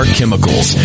Chemicals